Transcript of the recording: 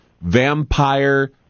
vampire